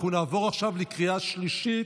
אנחנו נעבור עכשיו לקריאה שלישית.